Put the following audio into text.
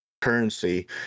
currency